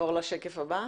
נעבור לשקף הבא.